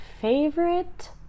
favorite